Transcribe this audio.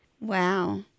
Wow